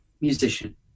musician